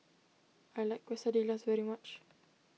I like Quesadillas very much